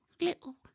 little